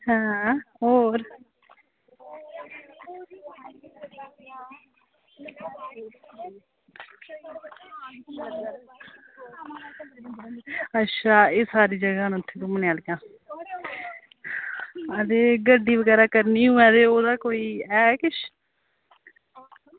हां होर अच्छा एह् सारियां जगह न घुम्मनै आह्लियां ते गड्डी बगैरा करनी होऐ ते ओह्दा ऐ किश